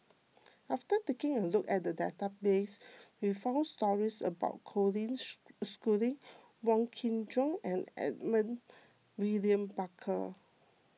after taking a look at the database we found stories about Colin Schooling Wong Kin Jong and Edmund William Barker